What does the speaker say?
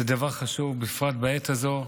זה דבר חשוב, בפרט בעת הזו,